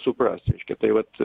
suprast reiškia tai vat